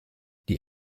die